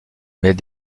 mais